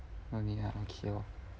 no need ah okay lor